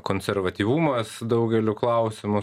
konservatyvumas daugeliu klausimų